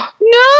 No